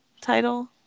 title